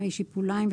"מי שיפוליים",